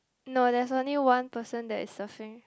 no there's only one person that is surfing